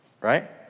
right